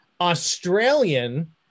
Australian